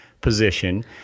position